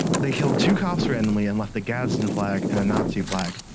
they killed two cops randomly, and left a gadsden flag and a nazi flag,